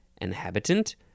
Inhabitant